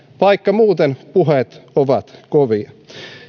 vaikka muuten puheet ovat kovia